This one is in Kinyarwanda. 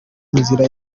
inzira